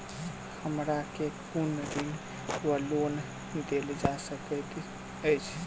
हमरा केँ कुन ऋण वा लोन देल जा सकैत अछि?